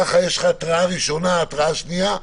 כך יש לך התרעה ראשונה, התרעה שנייה.